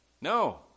No